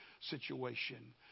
situation